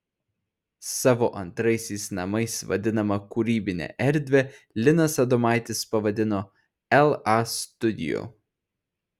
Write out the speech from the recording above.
savo antraisiais namais vadinamą kūrybinę erdvę linas adomaitis pavadino la studio